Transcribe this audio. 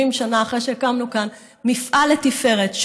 70 שנה אחרי שהקמנו כאן מפעל לתפארת,